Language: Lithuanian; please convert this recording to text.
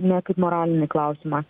ne kaip moralinį klausimą